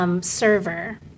Server